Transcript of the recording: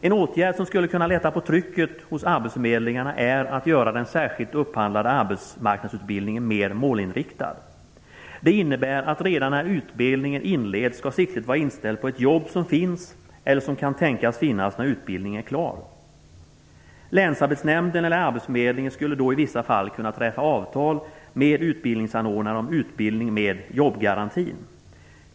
En åtgärd som skulle kunna lätta på trycket hos arbetsförmedlingarna är att göra den särskilt upphandlade arbetsmarknadsutbildningen mer målinriktad. Det innebär att redan när utbildningen inleds skall siktet vara inställt på ett jobb som finns eller som kan tänkas finnas när utbildningen är klar. Länsarbetsnämnden eller arbetsförmedlingen skulle då i vissa fall kunna träffa avtal med utbildningsanordnare om utbildning med jobbgaranti.